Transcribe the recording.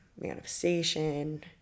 manifestation